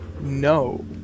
No